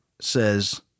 Says